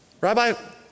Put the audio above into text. Rabbi